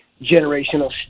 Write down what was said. generational